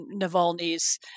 Navalny's